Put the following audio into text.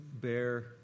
bear